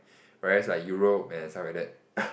whereas like Europe and stuff like that